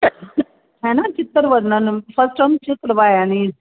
ਹੈ ਨਾ ਚਿੱਤਰ ਵਰਣਨ ਫਸਟ ਟਰਮ 'ਚ ਕਰਵਾਇਆ ਨਹੀਂ